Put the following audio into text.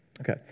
Okay